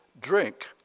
drink